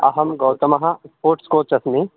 अहं गौतमः sports coach अस्मि